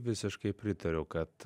visiškai pritariu kad